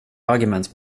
argument